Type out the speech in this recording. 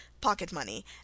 pocket-money